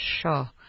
Sure